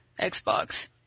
Xbox